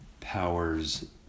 Powers